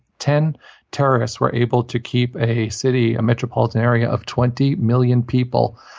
ten terrorists were able to keep a city, a metropolitan area of twenty million people,